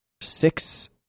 six